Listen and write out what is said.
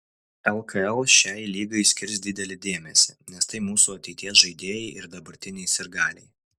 lkl šiai lygai skirs didelį dėmesį nes tai mūsų ateities žaidėjai ir dabartiniai sirgaliai